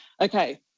okay